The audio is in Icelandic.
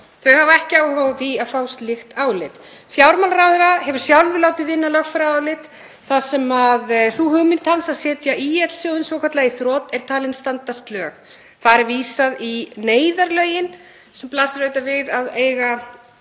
Þau hafa ekki áhuga á því að fá slíkt álit. Fjármálaráðherra hefur sjálfur látið vinna lögfræðiálit þar sem sú hugmynd hans að setja ÍL-sjóðinn svokallaða í þrot er talin standast lög. Þar er vísað í neyðarlögin sem blasir auðvitað við að eiga